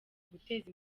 guteza